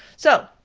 so,